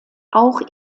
auch